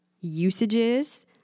usages